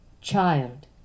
child